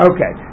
Okay